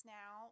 now